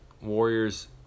Warriors